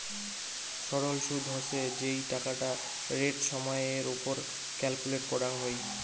সরল সুদ হসে যেই টাকাটা রেট সময় এর ওপর ক্যালকুলেট করাঙ হই